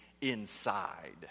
inside